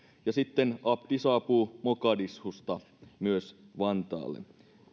ja sitten abdi saapuu mogadishusta myös vantaalle